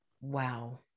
Wow